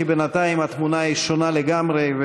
כי בינתיים התמונה היא שונה לגמרי,